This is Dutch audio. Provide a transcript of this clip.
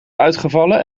uitgevallen